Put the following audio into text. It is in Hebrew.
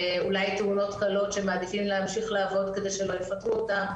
ואולי יש תאונות קלות שהם מעדיפים להמשך לעבוד כדי שלא יפטרו אותם.